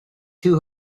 two